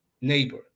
neighbor